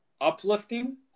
uplifting